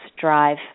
drive